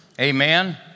Amen